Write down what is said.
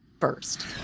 first